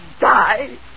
die